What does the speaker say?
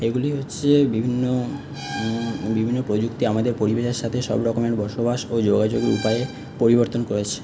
এগুলি হচ্ছে বিভিন্ন বিভিন্ন প্রযুক্তি আমাদের পরিবেশের সাথে সবরকমের বসবাস ও যোগাযোগ উপায় পরিবর্তন করেছে